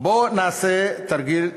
בוא נעשה תרגיל,